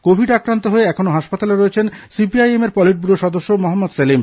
Covid আক্রান্ত হয়ে এখনও হাসপাতালে রয়েছেন সিপিআইএম এর পলিটব্যুরো সদস্য সহম্মদ সেলিম